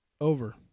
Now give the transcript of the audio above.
Over